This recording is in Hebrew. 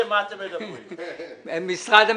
משרד המשפטים.